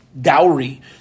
dowry